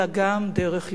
אלא גם דרך יוזמה.